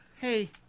hey